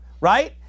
Right